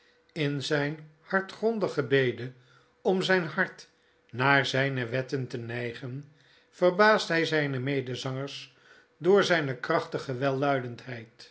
in zijn hartgrondige bede om zijn hart naar zijne wetten te neigen verbaast hij zijne medezangers door zijne krachtige welluidendheid